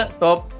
top